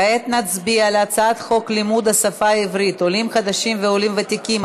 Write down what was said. כעת נצביע על הצעת חוק לימוד השפה העברית (עולים חדשים ועולים ותיקים),